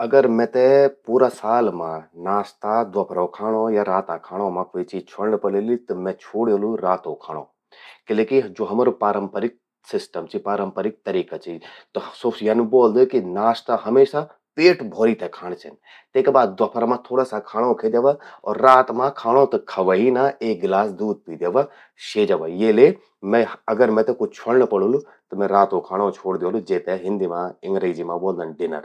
अगर मेते पूरा साल मां नाश्ता, द्वोफरो खाणों या राता खाणों मां क्वे चीज छ्वोणं पड़ेलि त मैं छ्वोड़लू रातो खांणों। किले कि ज्वो हमरु पारंपरिक सिस्टम चि, ज्वो हमरु पारंपरिक तरीका चि, स्वो यन ब्वोल्द कि नाश्ता पेट भौरि ते खाण चेंद। तेका बाद द्वोफरा मां थोड़ा सा खांणों खे द्यावा, रात मां खांणों त खावा ही नां, एक गिलास दूध पी द्यावा स्ये जावा। ये ले अगर मेते कुछ छ्वोंण पणोलु त रातो खांणों छ्वो द्योलु। जेते हिंदी मां अंग्रेजी मां ब्वोल्दन डिनर।